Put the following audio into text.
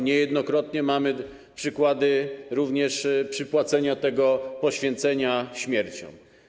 Niejednokrotnie mamy przykłady również przypłacenia tego poświęcenia życiem.